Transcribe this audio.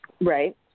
Right